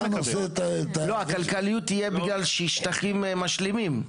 הכלכליות תהיה בגלל שטחים משלימים.